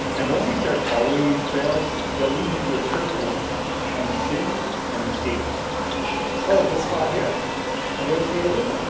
and once you start following these trails, they'll lead you to a turf war between the city and the skaters oh? this spot here. have you ever skated this?